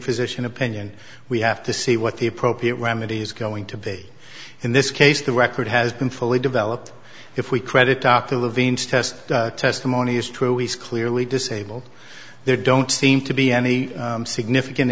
physician opinion we have to see what the appropriate remedy is going to be in this case the record has been fully developed if we credit dr levine's test testimony is true he's clearly disabled there don't seem to be any significant